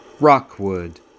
Rockwood